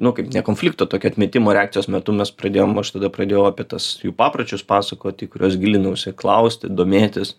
nu kaip ne konflikto tokio atmetimo reakcijos metu mes pradėjom aš tada pradėjau apie tas jų papročius pasakoti į kuriuos gilinausi klausti domėtis